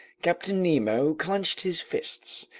captain nemo clenched his fists,